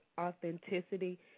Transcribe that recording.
authenticity